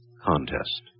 contest